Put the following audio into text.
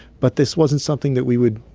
but this wasn't something that we would,